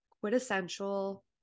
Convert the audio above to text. quintessential